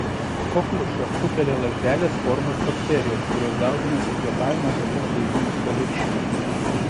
kokliušą sukelia lazdelės formos bakterijos kurios dauginasi kvėpavimo takų gleivinės paviršiuje